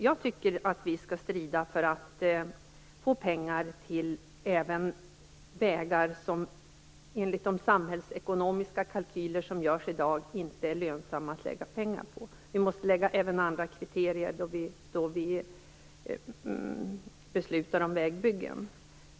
Jag tycker att vi skall strida för att få pengar även till vägar som enligt de samhällsekonomiska kalkyler som görs i dag inte är lönsamma att lägga pengar på. Vi måste lägga även andra kriterier då vi beslutar om vägbyggen.